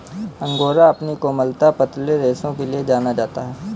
angora अपनी कोमलता, पतले रेशों के लिए जाना जाता है